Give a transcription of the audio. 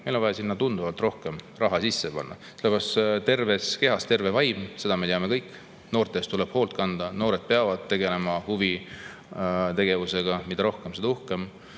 Meil on vaja sinna tunduvalt rohkem raha sisse panna. Terves kehas terve vaim – seda me teame kõik. Noorte eest tuleb hoolt kanda. Noored peavad tegelema huvitegevusega. Mida rohkem, seda uhkem.